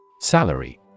Salary